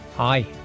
Hi